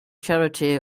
charity